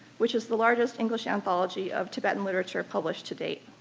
which is the largest english anthology of tibetan literature published to date.